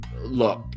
look